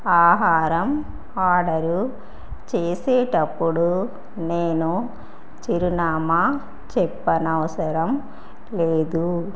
ఆహారం ఆర్డర్ చేసేటప్పుడు నేను చిరునామా చెప్పనవసరం లేదు